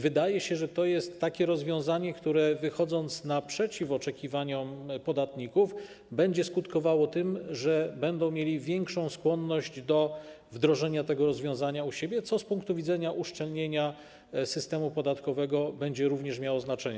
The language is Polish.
Wydaje się, że to jest rozwiązanie, które wychodząc naprzeciw oczekiwaniom podatników, będzie skutkowało tym, że będą oni mieli większą skłonność do wdrożenia tego rozwiązania u siebie, co z punktu widzenia uszczelnienia systemu podatkowego również będzie miało znaczenie.